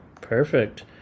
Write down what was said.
Perfect